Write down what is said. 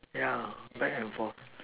yeah back and fore